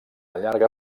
llarga